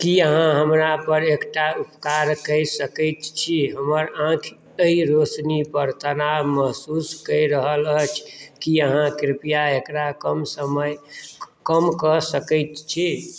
की अहाँ हमरा पर एकटा उपकार कऽ सकैत छी हमर आँखि एहि रोशनीपर तनाव महसूस कऽ रहल अछि की अहाँ कृपया एकरा कम समय कम कऽ सकैत छी